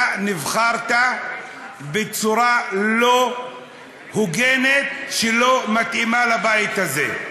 אתה נבחרת בצורה לא הוגנת, שלא מתאימה לבית הזה.